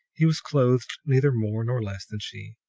he was clothed neither more nor less than she,